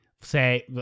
say